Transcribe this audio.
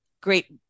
great